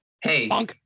hey